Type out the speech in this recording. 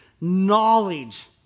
knowledge